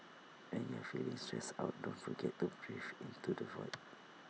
when you are feeling stressed out don't forget to breathe into the void